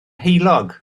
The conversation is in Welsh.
heulog